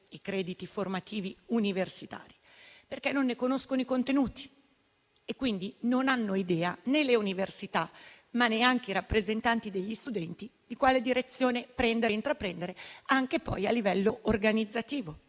(crediti formativi universitari), perché non ne conoscono i contenuti. Quindi, non hanno idea né le università, né i rappresentanti degli studenti di quale direzione intraprendere, anche a livello organizzativo.